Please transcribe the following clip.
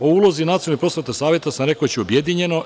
O ulozi Nacionalnog prosvetnog saveta sam rekao već objedinjeno.